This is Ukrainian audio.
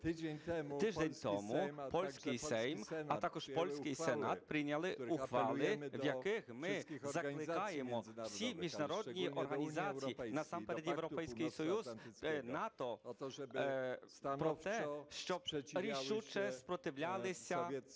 Тиждень тому польський Сейм, а також польський Сенат прийняли ухвали, в яких ми закликаємо всі міжнародні організації, насамперед Європейський Союз, НАТО, про те, щоб рішуче спротивлялися